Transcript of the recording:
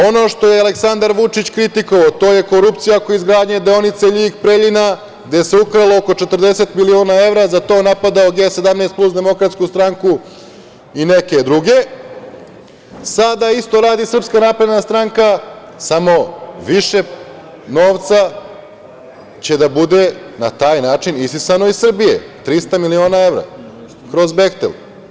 Ono što je i Aleksandar Vučić kritikovao, to je korupcija oko izgradnje deonice Ljig-Preljina, gde se ukralo oko 40 miliona evra, za to napadao G 17+, Demokratsku stranku i neke druge, sada isto radi SNS, samo više novca će da bude na taj način isisano iz Srbije, 300 miliona evra kroz „Behtel“